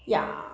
ꯌꯥꯝ